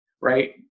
right